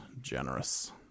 generous